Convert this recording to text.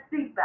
seatbelt